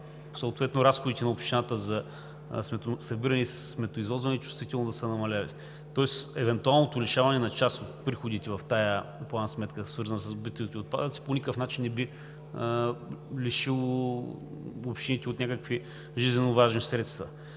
съответно разходите на общината за събирането и извозването чувствително да са намалели, тоест евентуалното лишаване на част от приходите в този план, свързан с битовите отпадъци, по никакъв начин не би лишил общините от някакви жизненоважни средства.